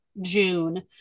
June